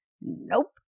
Nope